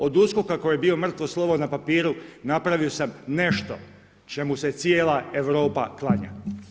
Od USKOK-a koji je bio mrtvo slovo na papiru napravio sam nešto čemu se cijela Europa klanja.